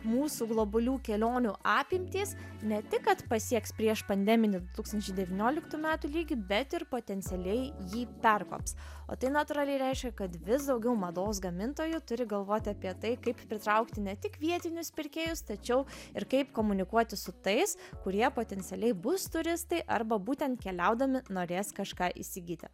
mūsų globalių kelionių apimtys ne tik kad pasieks priešpandeminį du tūkstančiai devynioliktų metų lygį bet ir potencialiai jį perkops o tai natūraliai reiškia kad vis daugiau mados gamintojų turi galvoti apie tai kaip pritraukti ne tik vietinius pirkėjus tačiau ir kaip komunikuoti su tais kurie potencialiai bus turistai arba būtent keliaudami norės kažką įsigyti